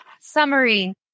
summary